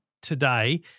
today